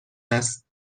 است